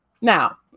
Now